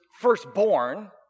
firstborn